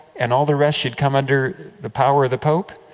and all the rest, should come under the power of the pope?